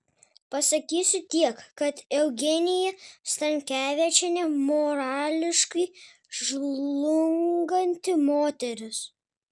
pasakysiu tiek kad eugenija stankevičienė morališkai žlunganti moteris